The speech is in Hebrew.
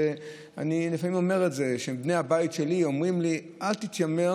ואני לפעמים אומר שבני הבית שלי אומרים לי: אל תתיימר